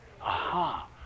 Aha